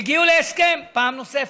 הגיעו להסכם פעם נוספת.